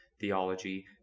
Theology